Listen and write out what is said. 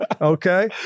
okay